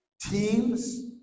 teams